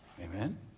Amen